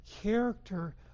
character